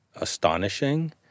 astonishing